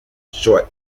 short